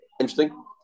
interesting